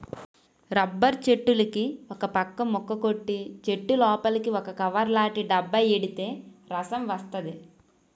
rubber చెట్టులుకి ఒకపక్క ముక్క కొట్టి చెట్టులోపలికి ఒక కవర్లాటి డబ్బా ఎడితే రసం వస్తది